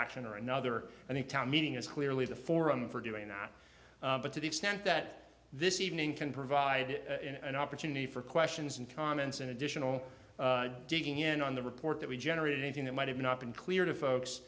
action or another and the town meeting is clearly the forum for doing that but to the extent that this evening can provide an opportunity for questions and comments and additional digging in on the report that we generated anything that might have not been clear to folks